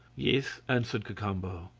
yes, answered cacambo.